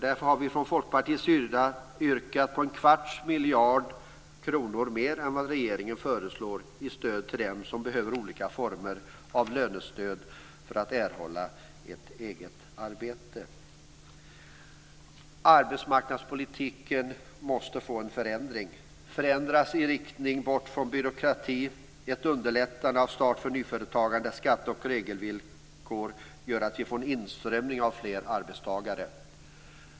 Därför har vi från Folkpartiets sida yrkat på en kvarts miljard kronor mer än vad regeringen föreslår till dem som behöver olika former av lönestöd för att erhålla ett eget arbete. Arbetsmarknadspolitiken måste förändras i riktning bort från byråkratin. Ett underlättande av nyföretagande och en förenkling av skatte och regelvillkor gör att vi får en inströmning av fler arbetstagare.